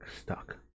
stuck